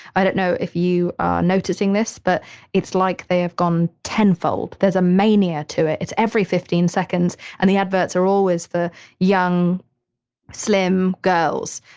i don't know if you are noticing this, but it's like they have gone tenfold. there is a mania to it. it's every fifteen seconds and the adverts are always for young slim girls,